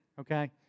Okay